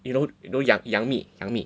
you know you know 杨杨幂杨幂